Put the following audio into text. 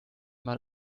mal